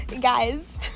guys